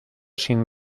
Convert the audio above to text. sin